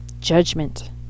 judgment